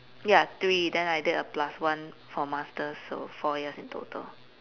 ya three then I did a plus one for masters so four years in total